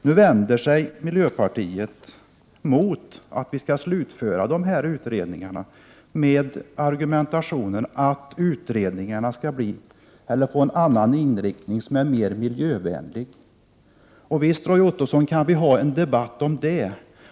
Nu vänder sig miljöpartiet mot att vi skall slutföra dessa utredningar med argumentationen att utredningarna skall få en annan inriktning som är mer miljövänlig. Visst kan vi ha en debatt om det, Roy Ottosson.